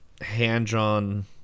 Hand-drawn